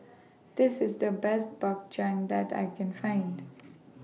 This IS The Best Bak Chang that I Can Find